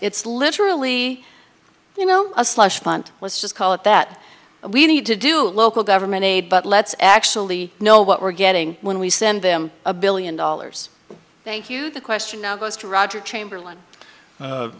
it's literally you know a slush fund let's just call it that we need to do local government aid but let's actually know what we're getting when we send them a billion dollars thank you the question now goes to roger chamberlain